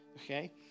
okay